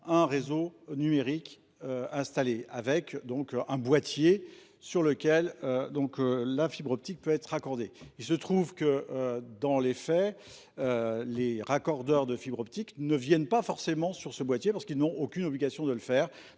un réseau numérique installé, avec un boîtier sur lequel la fibre optique peut être raccordée. Dans les faits, les raccordeurs de fibre optique n'interviennent pas forcément sur ce boîtier, parce qu'ils n'ont aucune obligation de le faire.